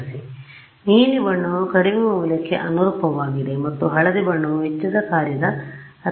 ಆದ್ದರಿಂದ ನೀಲಿ ಬಣ್ಣವು ಕಡಿಮೆ ಮೌಲ್ಯಕ್ಕೆ ಅನುರೂಪವಾಗಿದೆ ಮತ್ತು ಹಳದಿ ಬಣ್ಣವು ವೆಚ್ಚದ ಕಾರ್ಯದ ಅತ್ಯಧಿಕ ಮೌಲ್ಯಕ್ಕೆ ಅನುರೂಪವಾಗಿದೆ